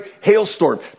hailstorm